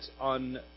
on